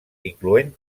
incloent